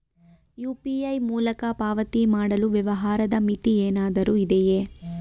UPI ಮೂಲಕ ಪಾವತಿ ಮಾಡಲು ವ್ಯವಹಾರದ ಮಿತಿ ಏನಾದರೂ ಇದೆಯೇ?